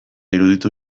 iruditu